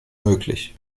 möglich